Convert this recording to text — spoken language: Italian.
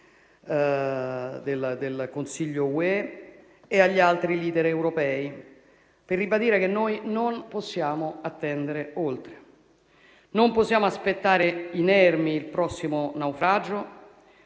dell'Unione europea e agli altri *leader* europei per ribadire che noi non possiamo attendere oltre. Non possiamo aspettare inermi il prossimo naufragio,